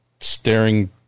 staring